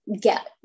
get